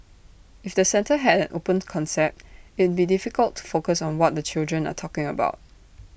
if the centre had an open concept it'd be difficult to focus on what the children are talking about